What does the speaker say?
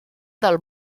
del